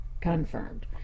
confirmed